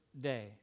Day